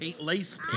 lace